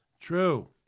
true